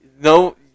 no